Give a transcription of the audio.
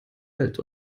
welt